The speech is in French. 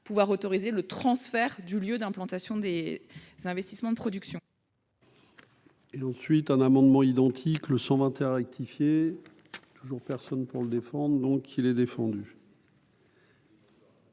pouvoir autoriser le transfert du lieu d'implantation des investissements de production.